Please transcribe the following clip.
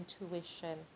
intuition